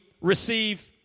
receive